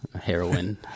heroin